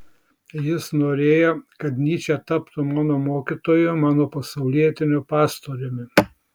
jis norėjo kad nyčė taptų mano mokytoju mano pasaulietiniu pastoriumi